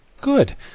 Good